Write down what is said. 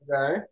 Okay